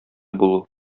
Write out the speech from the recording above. булу